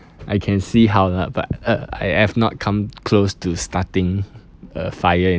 I can see how lah but uh I I've not come close to starting a fire